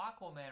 Aquaman